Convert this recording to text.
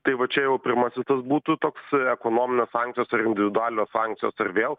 tai va čia jau pirmasis tas būtų toks ekonominės sankcijos ar individualios sankcijos ar vėl